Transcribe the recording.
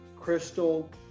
Crystal